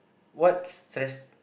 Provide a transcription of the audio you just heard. what stress